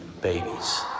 babies